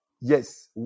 Yes